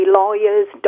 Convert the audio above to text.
lawyers